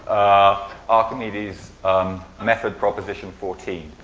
ah archimedes' um method proposition fourteen.